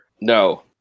No